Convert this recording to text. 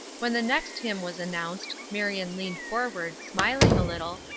when the next hymn was announced, marion leaned forward, smiling a little,